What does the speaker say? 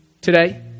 today